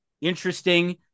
interesting